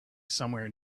somewhere